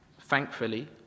thankfully